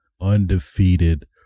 undefeated